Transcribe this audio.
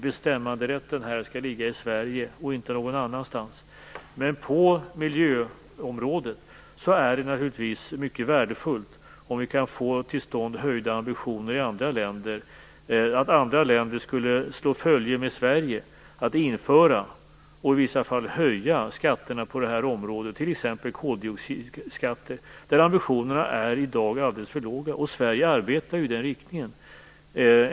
Bestämmanderätten där skall ligga i Sverige, inte någon annanstans. På miljöområdet är det naturligtvis mycket värdefullt om andra länder slår följe med Sverige och inför, och i vissa fall, höjer skatter på detta område, t.ex. koldioxidskatten. Ambitionerna där är i dag alldeles för låga. Sverige arbetar i nämnda riktning.